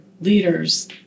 leaders